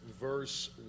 verse